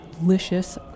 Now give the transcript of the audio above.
delicious